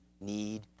need